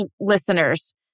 listeners